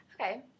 Okay